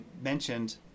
mentioned